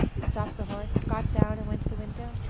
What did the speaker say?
who stopped the horse, got down and went to the window.